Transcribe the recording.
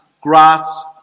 grass